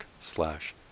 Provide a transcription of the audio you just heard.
slash